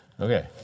Okay